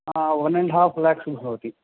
one and half lakhs भवति